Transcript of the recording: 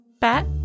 Bat